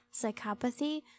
Psychopathy